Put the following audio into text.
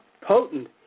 potent